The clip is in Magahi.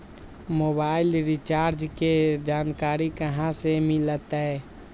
मोबाइल रिचार्ज के जानकारी कहा से मिलतै?